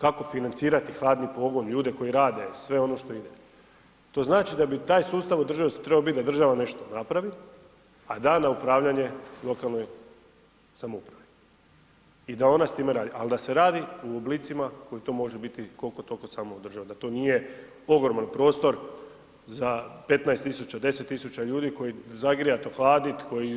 Kako financirati hladni pogon, ljude koji rade sve ono što ide, to znači da bi taj sustav održivosti trebao biti da država nešto napravi, a da na upravljanje lokalnoj samoupravi i da ona s time radi, ali da se radi u oblicima koji to može biti koliko toliko samoodrživo, da to nije ogroman prostor za 15.000, 10.000 ljudi koji zagrijat, ohladit,